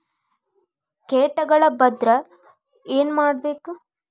ಕೇಟಗಳ ಬಂದ್ರ ಏನ್ ಮಾಡ್ಬೇಕ್?